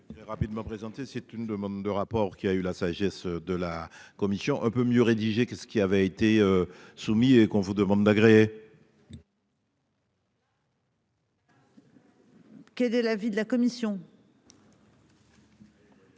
C'est une demande de rapport qui a eu la sagesse de la commission un peu mieux rédigé que ce qui avait été soumis et qu'on vous demande d'agréer. Quel est l'avis de la commission.